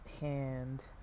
hand